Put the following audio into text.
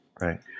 Right